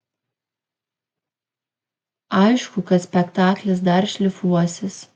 aišku kad spektaklis dar šlifuosis